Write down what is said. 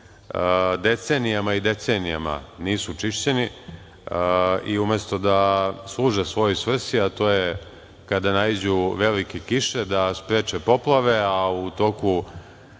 decenijama i decenijama nisu čišćeni i umesto da služe svojoj svrsi, a to je, kada naiđu velike kiše, da spreče poplave, a u toku